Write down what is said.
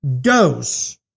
dose